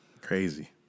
Crazy